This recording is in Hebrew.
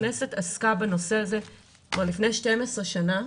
הכנסת עסקה בנושא הזה כבר לפני 12 שנה,